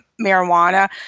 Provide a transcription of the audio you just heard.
marijuana